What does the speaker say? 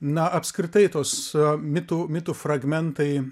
na apskritai tos mitų mitų fragmentai